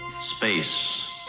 Space